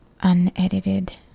unedited